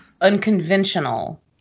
unconventional